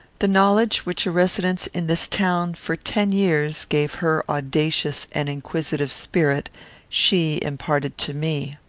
the knowledge which a residence in this town for ten years gave her audacious and inquisitive spirit she imparted to me.